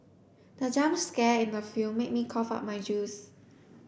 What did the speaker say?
the jump scare in the film made me cough out my juice